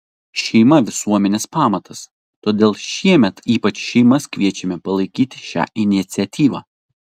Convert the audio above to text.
šeima visuomenės pamatas todėl šiemet ypač šeimas kviečiame palaikyti šią iniciatyvą